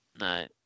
No